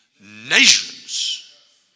nations